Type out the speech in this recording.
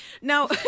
now